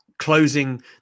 Closing